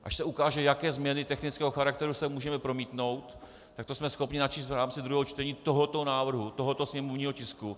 Až se ukáže, jaké změny technického charakteru sem můžeme promítnout, tak to jsme schopni načíst v rámci druhého čtení tohoto návrhu, tohoto sněmovního tisku.